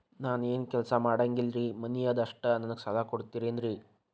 ನಾನು ಏನು ಕೆಲಸ ಮಾಡಂಗಿಲ್ರಿ ಮನಿ ಅದ ಅಷ್ಟ ನನಗೆ ಸಾಲ ಕೊಡ್ತಿರೇನ್ರಿ?